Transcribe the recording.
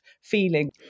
feeling